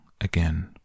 again